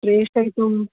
प्रेषयितुं